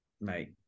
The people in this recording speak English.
mate